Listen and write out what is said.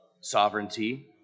sovereignty